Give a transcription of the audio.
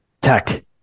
tech